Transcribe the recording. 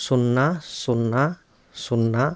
సున్నా సున్నా సున్నా